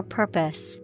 purpose